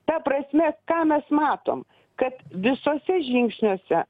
ta prasme ką mes matom kad visuose žingsniuose